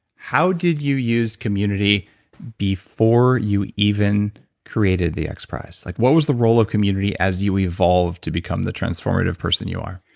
how did you use community before you even created the xprize? like what was the role of community as you evolved to become the transformative person you are?